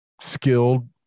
skilled